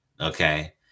Okay